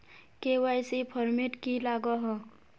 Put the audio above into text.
KYC format की लागोहो?